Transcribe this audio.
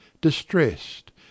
distressed